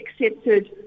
accepted